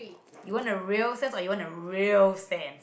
you want the real sense or you want the real sense